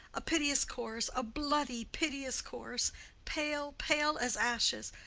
a piteous corse, a bloody piteous corse pale, pale as ashes,